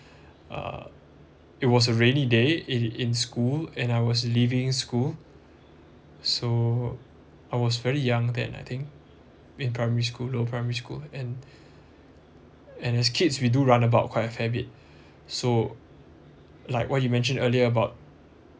uh it was a rainy day in in school and I was leaving school so I was very young then I think in primary school lower primary school and and as kids we do run about quite a fair bit so like what you mentioned earlier about